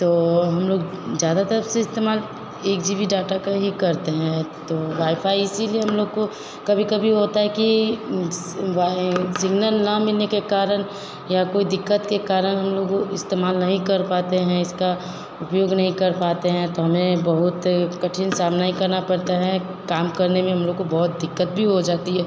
तो हम लोग ज़्यादातर से इस्तेमाल एक जी बी डाटा का ही करते हैं तो वाईफाई इसलिए हम लोग को कभी कभी होता है कि वाई सिग्नल ना मिलने के कारण या कोई दिक़्क़त के कारण हम लोग इसको इस्तेमाल नहीं कर पाते हैं इसका उपयोग नहीं कर पाते हैं तो हमें बहुत कठिन सामनाई करना पड़ता है काम करने में हम लोग दिक़्क़त भी हो जाती है